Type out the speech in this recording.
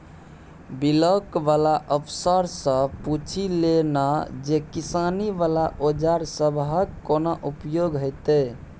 Block बला अफसरसँ पुछि लए ना जे किसानी बला औजार सबहक कोना उपयोग हेतै?